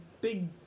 big